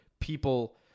People